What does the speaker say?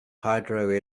hydro